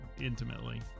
intimately